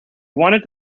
wanted